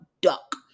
Duck